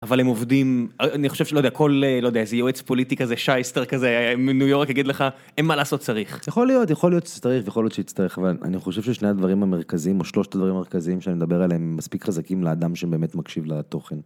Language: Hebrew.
אבל הם עובדים אני חושב, שלא יודע, כל לא יודע איזה יועץ פוליטי כזה, שייסטר כזה מניו יורק יגיד לך, אין מה לעשות צריך. יכול להיות, יכול להיות שצריך ויכול להיות שיצטרך, אבל אני חושב ששני הדברים המרכזיים או שלושת הדברים המרכזיים שאני מדבר עליהם, הם מספיק חזקים לאדם שבאמת מקשיב לתוכן.